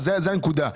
זאת הנקודה.